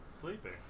Sleeping